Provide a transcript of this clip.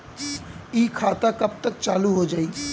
इ खाता कब तक चालू हो जाई?